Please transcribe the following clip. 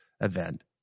event